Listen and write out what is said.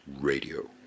radio